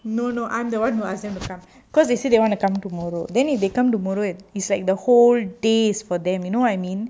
no no I'm the one who ask them to come cause they say they want to come tomorrow then if they come tomorrow it it's like the whole days for them you know what I mean